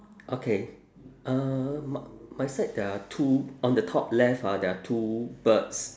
okay uh my my side there are two on the top left ah there are two birds